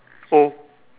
oh